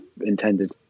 intended